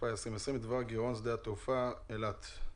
התשפ"א-2020 בדבר גריעת שדה התעופה אילת.